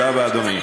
תודה רבה, אדוני.